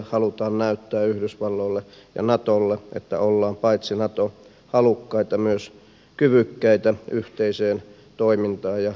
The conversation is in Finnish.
halutaan näyttää yhdysvalloille ja natolle että ollaan paitsi nato halukkaita myös kyvykkäitä yhteiseen toimintaan ja syventämään kumppanuutta